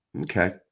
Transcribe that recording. Okay